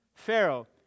Pharaoh